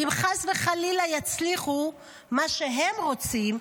אם חס וחלילה הם יצליחו במה שהם רוצים,